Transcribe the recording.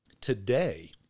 today